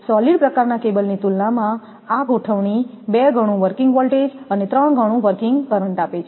solid પ્રકારનાં કેબલની તુલનામાં આ ગોઠવણી બે ગણું વર્કિંગ વોલ્ટેજ અને ત્રણ ગણું વર્કિંગ કરંટ આપે છે